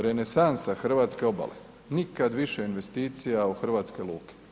Renesansa hrvatske obale, nikad više investicija u hrvatske luke.